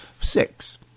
six